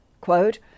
quote